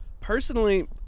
Personally